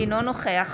אינו נוכח